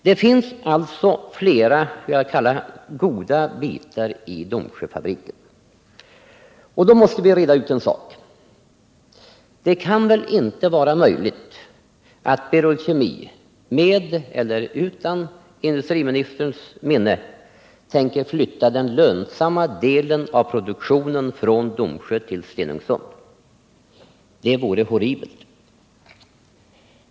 Det finns alltså flera vad jag vill kalla goda bitar i Domsjöfabriken. Och då måste vi ju reda ut en sak: Det kan väl inte vara möjligt att Berol Kemi med eller utan industriministerns goda minne tänker flytta den lönsamma delen av produktionen från Domsjö till Stenungsund? Det vore horribelt.